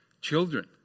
children